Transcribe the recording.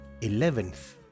eleventh